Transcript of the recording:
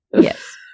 yes